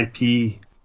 IP